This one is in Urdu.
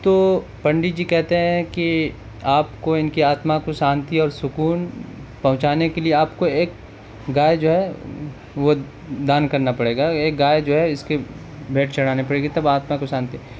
تو پنڈت جی کہتے ہیں کہ آپ کو ان کی آتما کو شانتی اور سکون پہنچانے کے لیے آپ کو ایک گائے جو ہے وہ دان کرنا پڑے گا ایک گائے جو ہے اس کے بھینٹ چڑھانی پڑے گی تب آتما کو شانتی